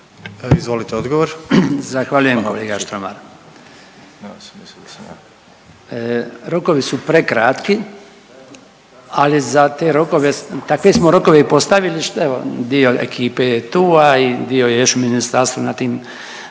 Branko (HDZ)** Zahvaljujem kolega Štromar. Rokovi su prekratki, ali za te rokove, takve smo rokove i postavili evo dio ekipe je tu, a i dio je još u ministarstvu na tim